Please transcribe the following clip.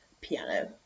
piano